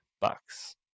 Bucks